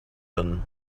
been